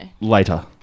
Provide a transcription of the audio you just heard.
later